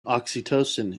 oxytocin